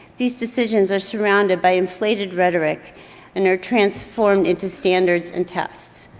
these decisions are surrounded by inflated rhetoric and are transformed into standards and tests.